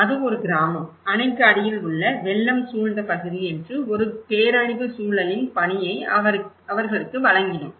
அது ஒரு கிராமம் அணைக்கு அடியில் உள்ள வெள்ளம் சூழ்ந்த பகுதி என்று ஒரு பேரழிவு சூழலின் பணியை அவர்களுக்கு வழங்கினோம்